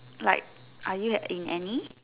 like are you in any